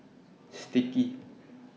Sticky